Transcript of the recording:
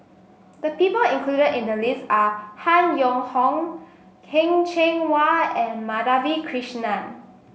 the people included in the list are Han Yong Hong Heng Cheng Hwa and Madhavi Krishnan